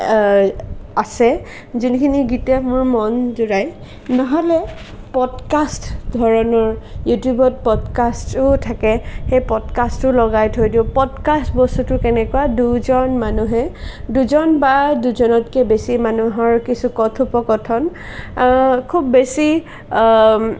আছে যোনখিনি গীতে মোৰ মন জোৰাই নহ'লে প'ডকাষ্ট ধৰণৰ ইউটিউবত প'ডকাষ্টো থাকে সেই প'ডকাষ্টটো লগাই থৈ দিওঁ প'ডকাষ্ট বস্তুটো কেনেকুৱা দুজন মানুহে দুজন বা দুজনতকৈ বেছি মানুহৰ কিছু কথোপকথন খুব বেছি